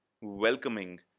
welcoming